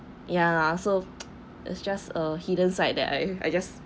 ya lah so it's just a hidden side that I I just